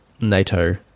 NATO